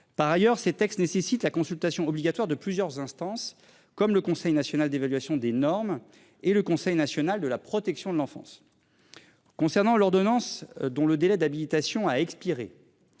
Par ailleurs, ces textes nécessite la consultation obligatoire de plusieurs instances comme le Conseil national d'évaluation des normes et le Conseil national de la protection de l'enfance. Concernant l'ordonnance dont le délai d'habilitation a expiré.